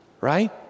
right